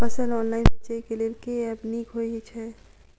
फसल ऑनलाइन बेचै केँ लेल केँ ऐप नीक होइ छै?